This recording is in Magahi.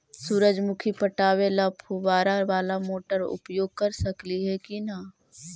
सुरजमुखी पटावे ल फुबारा बाला मोटर उपयोग कर सकली हे की न?